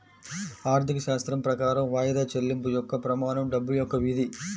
ఆర్థికశాస్త్రం ప్రకారం వాయిదా చెల్లింపు యొక్క ప్రమాణం డబ్బు యొక్క విధి